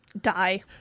Die